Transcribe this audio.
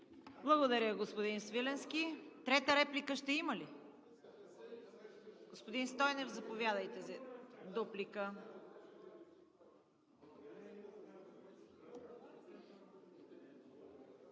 Благодаря, господин Свиленски. Трета реплика ще има ли? Господин Стойнев, заповядайте за дуплика.